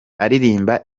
aririmba